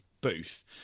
booth